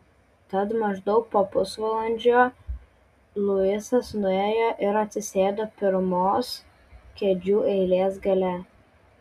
tad maždaug po pusvalandžio luisas nuėjo ir atsisėdo pirmos kėdžių eilės gale